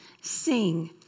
sing